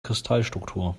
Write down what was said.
kristallstruktur